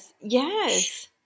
Yes